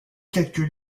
quelques